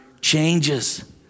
changes